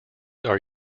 are